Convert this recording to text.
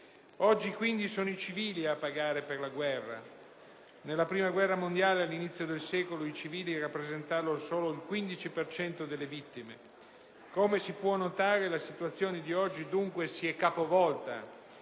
Oggi, quindi, sono i civili a pagare per la guerra. Nella Prima guerra mondiale, all'inizio del secolo, i civili rappresentavano solo il 15 per cento delle vittime. Come si può notare, la situazione di oggi si è capovolta